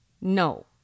No